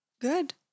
Good